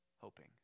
hoping